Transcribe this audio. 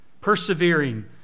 Persevering